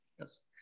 Yes